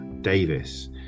Davis